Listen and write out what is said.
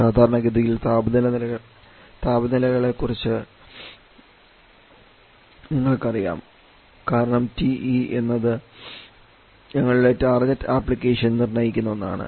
സാധാരണഗതിയിൽ നിലകളെക്കുറിച്ച് ഞങ്ങൾക്ക് അറിയാം കാരണം TE എന്നത് ഞങ്ങളുടെ ടാർഗെറ്റ് ആപ്ലിക്കേഷൻ നിർണ്ണയിക്കുന്ന ഒന്നാണ്